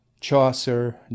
Chaucer